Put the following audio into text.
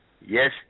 yes